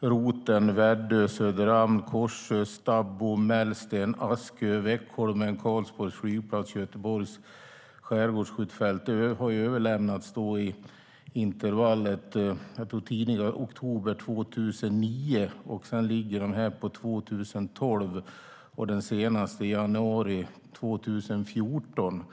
Roten, Väddö, Söderarm, Korsö, Stabbo, Mellsten, Askö, Veckholmen, Karlsborgs flygplats och Göteborgs skärgårdsskjutfält har överlämnats i intervallet oktober 2009-2012. Den senaste var i januari 2014.